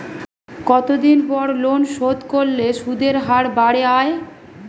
কতদিন পর লোন শোধ করলে সুদের হার বাড়ে য়ায়?